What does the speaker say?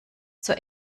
zur